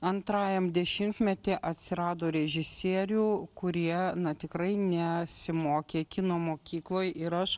antrajam dešimtmetyje atsirado režisierių kurie na tikrai nesimokė kino mokykloj ir aš